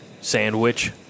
sandwich